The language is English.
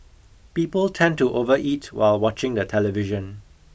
people tend to overeat while watching the television